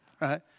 right